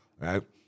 Right